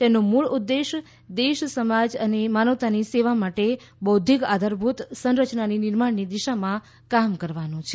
તેનો મુળ ઉદેશ દેશ સમાજ અને માનવતાની સેવા માટે બૌધ્ધિક આધારભુત સંરચનાની નિર્માણની દિશામાં કામ કરવાનો છે